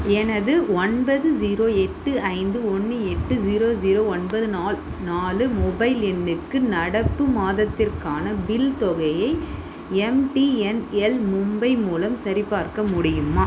எனது ஒன்பது ஸீரோ எட்டு ஐந்து ஒன்று எட்டு ஸீரோ ஸீரோ ஒன்பது நாலு மொபைல் எண்ணுக்கு நடப்பு மாதத்திற்கான பில் தொகையை எம்டிஎன்எல் மும்பை மூலம் சரிபார்க்க முடியுமா